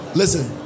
listen